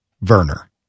Verner